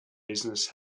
business